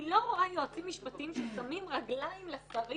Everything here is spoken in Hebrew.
אני לא רואה יועצים משפטיים ששמים רגליים לשרים